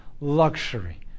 luxury